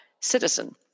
citizen